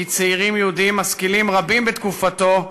כצעירים יהודים משכילים רבים בתקופתו,